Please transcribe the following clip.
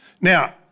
Now